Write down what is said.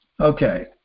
okay